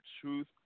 Truth